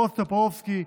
בועז טופורובסקי,